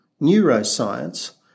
neuroscience